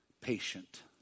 patient